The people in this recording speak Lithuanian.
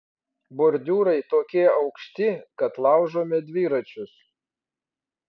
bordiūrai tokie aukšti kad laužome dviračius